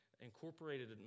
incorporated